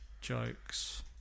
jokes